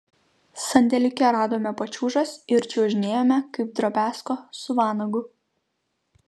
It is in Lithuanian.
sandėliuke radome pačiūžas ir čiuožinėjome kaip drobiazko su vanagu